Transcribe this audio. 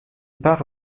part